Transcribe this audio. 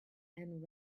and